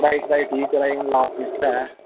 पढ़ाई शढ़ाई ठीक चलै दी हून लास्ट समिस्टर ऐ